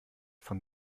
von